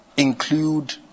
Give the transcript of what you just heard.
include